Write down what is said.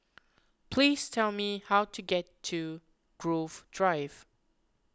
please tell me how to get to Grove Drive